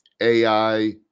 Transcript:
AI